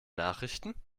nachrichten